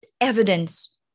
evidence